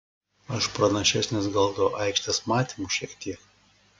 aš pranašesnis gal tuo aikštės matymu šiek tiek